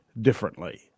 differently